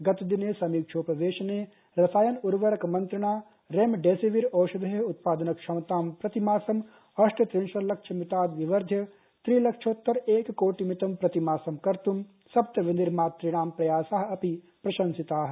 गतदिनेसमीक्षोपवेशने रसायन उर्वरक मन्त्रिणारेमडेसेविर ओषधेः उत्पादन क्षमतांप्रतिमासम्अष्टत्रिंशल्लक्षमिताद्विवध्यत्रिलक्षोत्तर एककोटिमितंप्रतिमासंकर्तुंसप्त विनिर्मातृणांप्रयासाः अपि प्रशंसिताः